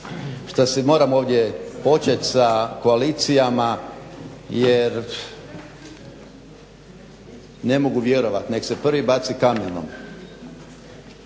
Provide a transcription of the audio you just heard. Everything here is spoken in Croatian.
Moram ovdje početi sa koalicijama jer ne mogu vjerovati, nek se prvi baci kamenom